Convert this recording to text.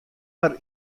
har